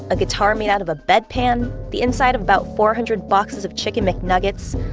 a guitar made out of a bedpan, the inside of about four hundred boxes of chicken mcnuggets,